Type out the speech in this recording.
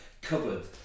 cupboard